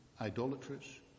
idolatrous